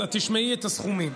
את תשמעי את הסכומים.